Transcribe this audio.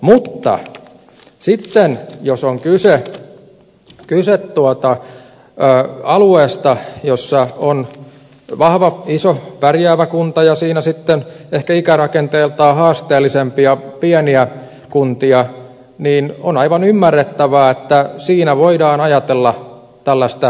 mutta sitten jos on kyse alueesta jolla on vahva iso pärjäävä kunta ja siinä sitten ehkä ikärakenteeltaan haasteellisempia pieniä kuntia niin on aivan ymmärrettävää että siinä voidaan ajatella tällaista himmelimalliakin